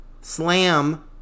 slam